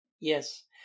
Yes